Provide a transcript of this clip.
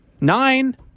nine